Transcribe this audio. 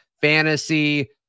fantasy